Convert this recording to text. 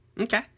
Okay